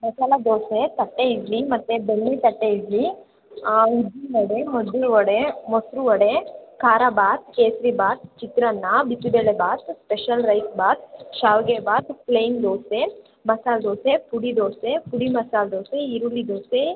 ಮಸಾಲೆ ದೋಸೆ ತಟ್ಟೆ ಇಡ್ಲಿ ಮತ್ತು ಬೆಣ್ಣೆ ತಟ್ಟೆ ಇಡ್ಲಿ ಉದ್ದಿನ ವಡೆ ಮದ್ದೂರು ವಡೆ ಮೊಸರು ವಡೆ ಖಾರಾ ಭಾತ್ ಕೇಸರಿ ಭಾತ್ ಚಿತ್ರಾನ್ನ ಬಿಸಿ ಬೇಳೆ ಭಾತ್ ಸ್ಪೆಷಲ್ ರೈಸ್ ಭಾತ್ ಶ್ಯಾವಿಗೆ ಭಾತ್ ಪ್ಲೈನ್ ದೋಸೆ ಮಸಾಲೆ ದೋಸೆ ಪುಡಿ ದೋಸೆ ಪುಡಿ ಮಸಾಲೆ ದೋಸೆ ಈರುಳ್ಳಿ ದೋಸೆ